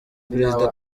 perezida